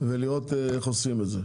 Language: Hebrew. ולראות איך עושים את זה.